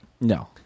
No